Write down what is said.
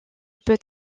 peut